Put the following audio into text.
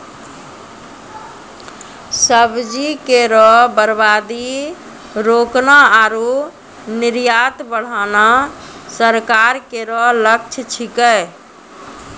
सब्जी केरो बर्बादी रोकना आरु निर्यात बढ़ाना सरकार केरो लक्ष्य छिकै